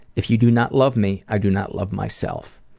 if you do not love me, i do not love myself.